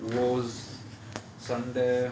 wars சண்ட:sanda